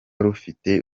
rufite